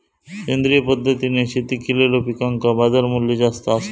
सेंद्रिय पद्धतीने शेती केलेलो पिकांका बाजारमूल्य जास्त आसा